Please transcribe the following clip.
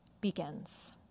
begins